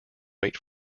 wait